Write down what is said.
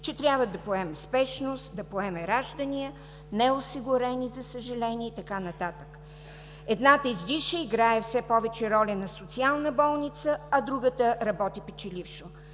че трябва да поеме „спешност“, да поеме раждания, неосигурени, за съжаление, и така нататък. Едната издиша и играе все повече роля на социална болница, а другата работи печелившо.